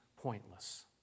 pointless